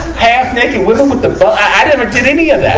half-naked women with the bud i never did any of that!